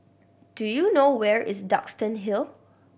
do you know where is Duxton Hill